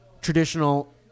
Traditional